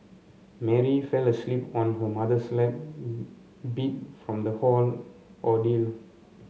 Mary fell asleep on her mother's lap beat from the whole ordeal